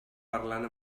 parlant